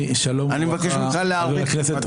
אני מבקש ממך להאריך אם אתה יכול.